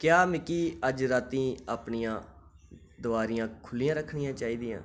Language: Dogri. क्या मिगी अज्ज राती अपनियां दोआरियां खु'ल्लियां रक्खनियां चाहीदियां